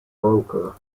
broker